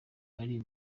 ari